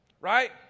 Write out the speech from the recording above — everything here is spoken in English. right